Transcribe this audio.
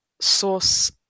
sauce